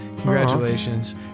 Congratulations